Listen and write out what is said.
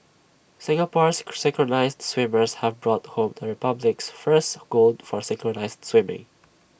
Singapore's synchronised swimmers have brought home the republic's first gold for synchronised swimming